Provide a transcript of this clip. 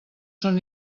són